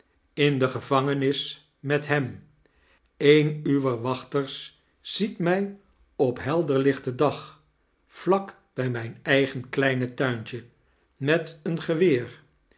in de gevangenis met hem een uwer wachters ziet mij op helderliohten dag vlak bij mijn eigen kleine tuintje met een geweer